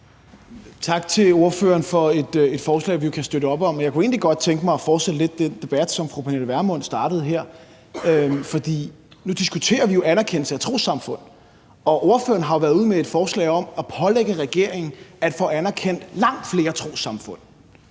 Tak til ordføreren for et forslag, vi kan støtte op om. Jeg kunne egentlig godt tænke mig at fortsætte den debat, som fru Pernille Vermund startede her. For nu diskuterer vi jo anerkendelse af trossamfund, og ordføreren har jo været ude med et forslag om at pålægge regeringen at få anerkendt langt flere trossamfund.